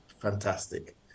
Fantastic